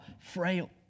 frail